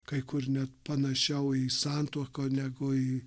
kai kur net panašiau į santuoką negu į